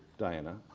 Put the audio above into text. diana,